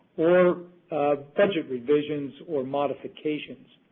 or budget revisions or modifications.